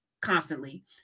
constantly